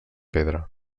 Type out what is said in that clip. pedra